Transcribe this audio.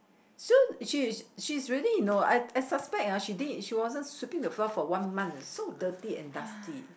so she's she's really you know I I suspect ah she didn't she wasn't sweeping the floor for one month it's so dirty and dusty